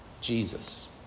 Jesus